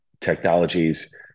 Technologies